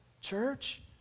Church